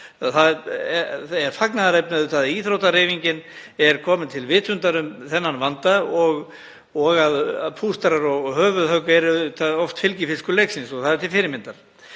auðvitað fagnaðarefni að íþróttahreyfingin sé komin til vitundar um þennan vanda og að pústrar og höfuðhögg séu oft fylgifiskur leiksins. Það er til fyrirmyndar.